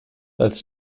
als